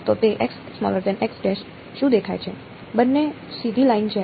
તો તે શું દેખાય છે બંને સીધી લાઇન છે